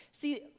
See